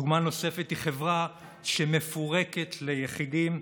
דוגמה נוספת היא חברה שמפורקת ליחידים.